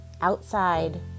outside